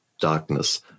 darkness